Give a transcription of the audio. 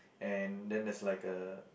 and then there's like a